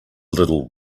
little